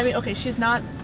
and ok. she's not